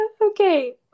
Okay